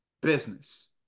business